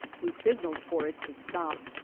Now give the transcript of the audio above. we signaled for it to stop,